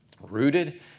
rooted